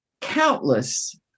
countless